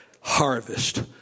harvest